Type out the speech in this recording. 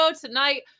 tonight